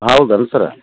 ಹೌದಲ್ಲ ಸರ